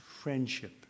friendship